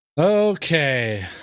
Okay